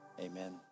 Amen